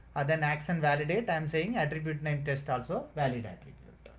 then action validate, i'm saying attribute name, test also valid attribute.